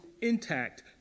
intact